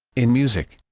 in music